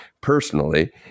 personally